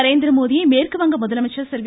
நரேந்திரமோடியை மேற்குவங்க முதலமைச்சர் செல்வி